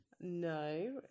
No